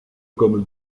comme